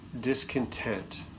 discontent